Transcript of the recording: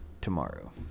tomorrow